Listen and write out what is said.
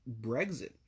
Brexit